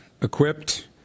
equipped